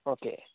okay